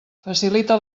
facilita